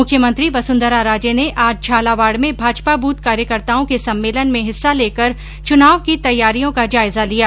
मुख्यमंत्री वसुंधरा राजे ने आज झालावाड़ में भाजपा बूथ कार्यकर्ताओं के सम्मेलन में हिस्सा लेकर चुनाव की तैयारियों का जायजा लिया